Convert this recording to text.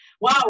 wow